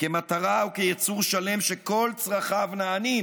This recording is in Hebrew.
כמטרה או כיצור שלם שכל צרכיו נענים,